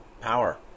power